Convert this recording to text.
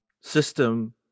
system